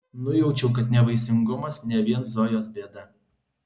nujaučiau kad nevaisingumas ne vien zojos bėda